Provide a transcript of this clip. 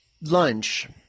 lunch